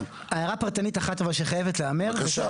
זה לא יכול לדבר עם זה ולא עם זה; פה חל החוק הזה,